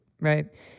Right